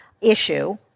issue